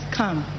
come